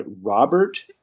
Robert